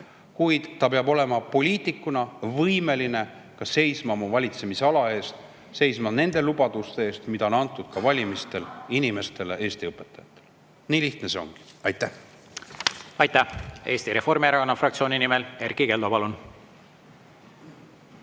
[minister] peab olema poliitikuna võimeline seisma oma valitsemisala eest, seisma nende lubaduste eest, mida on valimistel antud inimestele, Eesti õpetajatele. Nii lihtne see ongi. Aitäh! Aitäh! Eesti Reformierakonna fraktsiooni nimel Erkki Keldo, palun!